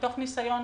מתוך ניסיון,